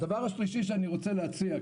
הדבר השלישי שאני רוצה להציע,